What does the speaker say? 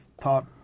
thought